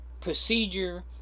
procedure